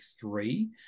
three